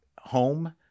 home